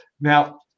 now